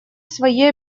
свои